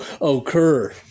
occur